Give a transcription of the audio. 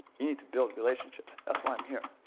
you need to build relationships, that's why i'm here.